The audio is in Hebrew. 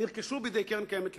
נרכשו בידי קרן קיימת לישראל.